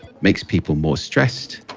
makes people more stressed.